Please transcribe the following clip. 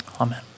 Amen